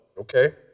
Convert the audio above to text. Okay